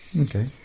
Okay